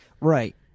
Right